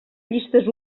llistes